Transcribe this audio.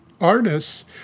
artists